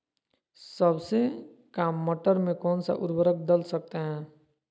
सबसे काम मटर में कौन सा ऊर्वरक दल सकते हैं?